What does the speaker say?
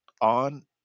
on